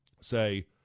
say